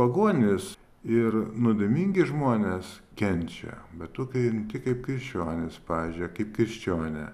pagonys ir nuodėmingi žmonės kenčia bet tu priimi tai kaip krikščionis pavyzdžiui ar kaip krikščionė